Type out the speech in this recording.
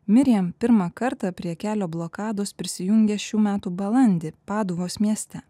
miriem pirmą kartą prie kelio blokados prisijungė šių metų balandį paduvos mieste